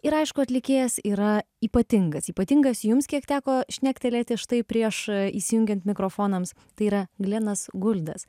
ir aišku atlikėjas yra ypatingas ypatingas jums kiek teko šnektelėti štai prieš įsijungiant mikrofonams tai yra glenas guldes